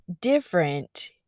different